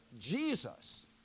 Jesus